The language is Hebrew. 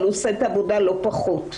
אבל עושה את העבודה לא פחות.